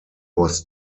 was